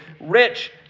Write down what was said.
rich